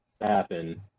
happen